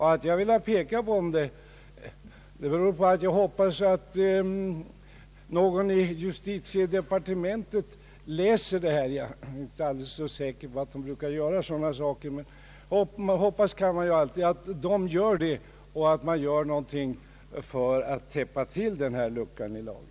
Jag har velat framhålla detta därför att jag hoppas att någon i justitiedepartementet läser detta — jag är inte alldeles säker på att man brukar göra det, men hoppas kan man ju alltid — och att man där gör något för att täppa till denna lucka i lagen.